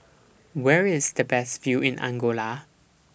Where IS The Best View in Angola